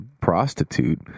prostitute